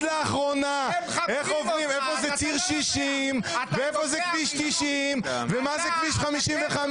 לאחרונה איפה זה ציר 60 ואיפה זה כביש 90 ומה זה כביש 55,